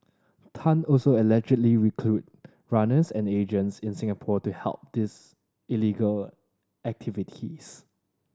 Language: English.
Tan also allegedly recruited runners and agents in Singapore to help these illegal activities